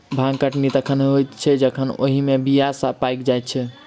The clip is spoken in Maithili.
भांग कटनी तखन होइत छै जखन ओहि मे बीया पाइक जाइत छै